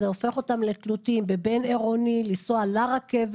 זה הופך אותם לתלותיים בבין-עירוני לנסוע לרכבת,